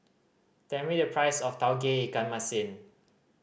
tell me the price of Tauge Ikan Masin